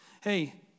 hey